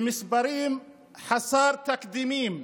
במספרים חסרי תקדים,